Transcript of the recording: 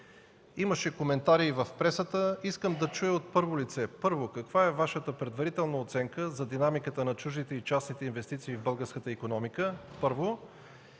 Имаше коментари и в пресата. Искам да чуя от първо лице: каква е предварителната Ви оценка за динамиката на чуждите и частните инвестиции в българската икономика, първо?